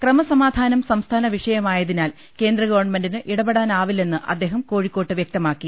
ക്രമസമാധാനം സംസ്ഥാന വിഷയമായ തിനാൽ കേന്ദ്ര ഗവൺമെന്റിന് ഇടപെടാനാവില്ലെന്ന് അദ്ദേഹം കോഴിക്കോട്ട് വൃക്തമാക്കി